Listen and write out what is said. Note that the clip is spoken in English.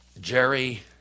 Jerry